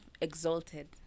exalted